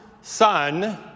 Son